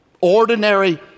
ordinary